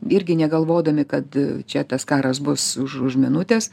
irgi negalvodami kad čia tas karas bus už už minutės